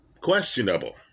questionable